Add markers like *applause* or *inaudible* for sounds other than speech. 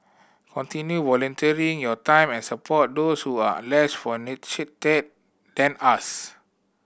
continue volunteering your time and support those who are less *unintelligible* than us